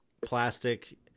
plastic